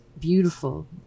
beautiful